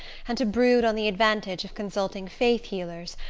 and to brood on the advantage of consulting faith-healers,